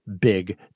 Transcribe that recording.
big